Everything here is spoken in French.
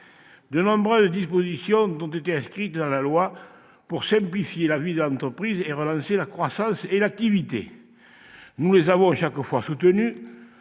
de nombreuses dispositions ont été introduites dans la loi pour simplifier la vie de l'entreprise et relancer la croissance et l'activité. Nous les avons soutenues